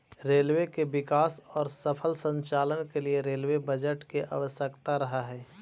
railway के विकास औउर सफल संचालन के लिए रेलवे बजट के आवश्यकता रहऽ हई